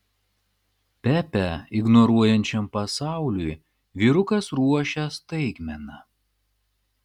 pepę ignoruojančiam pasauliui vyrukas ruošia staigmena